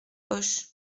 auch